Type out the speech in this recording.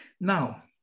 Now